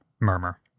Murmur